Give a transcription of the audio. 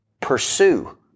pursue